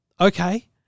okay